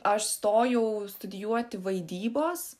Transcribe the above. aš stojau studijuoti vaidybos